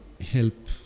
help